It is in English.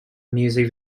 music